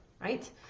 right